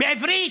בעברית?